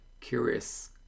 curious